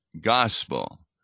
gospel